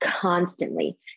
constantly